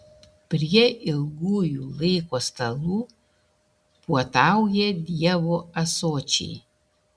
prie ilgųjų laiko stalų puotauja dievo ąsočiai